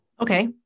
Okay